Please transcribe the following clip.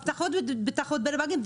הפתרון הוא תחרות בין הבנקים,